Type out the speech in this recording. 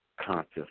conscious